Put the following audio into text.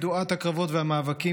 ידועת הקרבות והמאבקים,